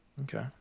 Okay